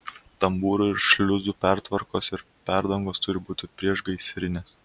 tambūrų ir šliuzų pertvaros ir perdangos turi būti priešgaisrinės